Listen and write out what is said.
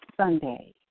Sunday